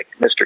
Mr